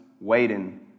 waiting